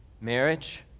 Marriage